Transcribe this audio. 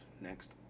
next